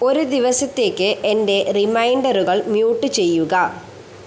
ഒരു ദിവസത്തേക്ക് എന്റെ റിമൈൻഡറുകൾ മ്യൂട്ട് ചെയ്യുക